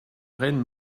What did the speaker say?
reine